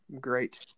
Great